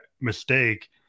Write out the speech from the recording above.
mistake